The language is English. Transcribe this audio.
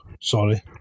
sorry